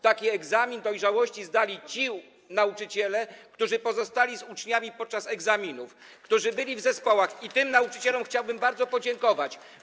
Taki egzamin dojrzałości zdali ci nauczyciele, którzy pozostali z uczniami podczas egzaminów, którzy byli w zespołach, i tym nauczycielom chciałbym bardzo podziękować.